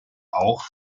auch